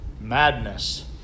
madness